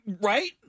right